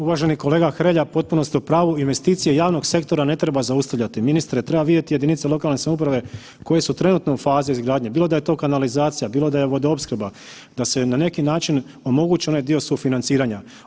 Uvaženi kolega Hrelja, potpuno ste u pravu, investicije javnog sektora ne treba zaustavljati, ministre treba vidjeti jedinice lokalne samouprave koje su trenutno u fazi izgradnje, bilo da je to kanalizacija, bilo da je vodoopskrba, da se na neki način omogući onaj dio sufinanciranja.